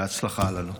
בהצלחה לנו.